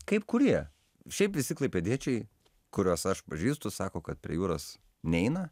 kaip kurie šiaip visi klaipėdiečiai kuriuos aš pažįstu sako kad prie jūros neina